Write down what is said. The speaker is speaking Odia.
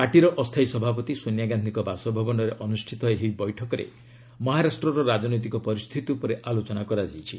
ପାର୍ଟିର ଅସ୍ଥାୟୀ ସଭାପତି ସୋନିଆ ଗାନ୍ଧିଙ୍କ ବାସଭବନରେ ଅନୁଷ୍ଠିତ ଏହି ବୈଠକରେ ମହାରାଷ୍ଟ୍ରର ରାଜନୈତିକ ପରିସ୍ଥିତି ଉପରେ ଆଲୋଚନା ହୋଇଛି